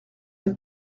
note